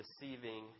deceiving